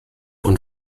und